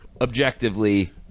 objectively